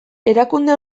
erakunde